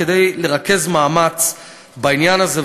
כדי לרכז מאמץ בעניין הזה,